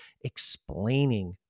explaining